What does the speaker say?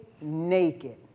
naked